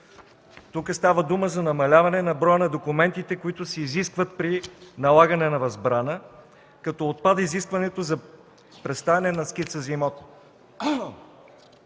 Тук става дума за намаляване броят на документите, които се изискват при налагане на възбрана, като отпада изискването за представяне на скица за имот.